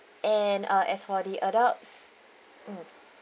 and uh as for the adults mm